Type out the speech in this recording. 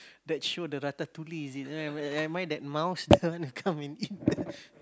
that show the ratatouille is it am I that mouse come and eat